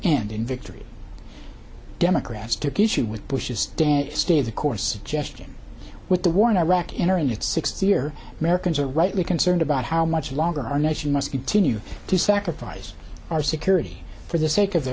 end in victory democrats took issue with bush's stay the course gesturing with the war in iraq in our in its sixth year americans are rightly concerned about how much longer our nation must continue to sacrifice our security for the sake of the